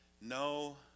no